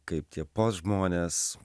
kaip tie post žmonės